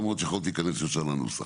למרות שיכלתי להיכנס ישר לנוסח.